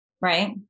Right